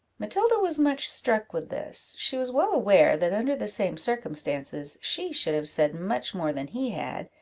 matilda was much struck with this she was well aware that, under the same circumstances, she should have said much more than he had,